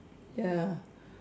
ya